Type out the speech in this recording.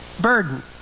Burden